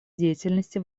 деятельности